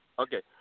Okay